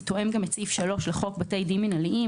וזה תואם גם את סעיף 3 לחוק בתי דין מינהליים,